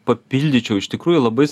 papildyčiau iš tikrųjų labai